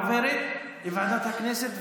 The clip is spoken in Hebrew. עוברת לוועדת הכנסת,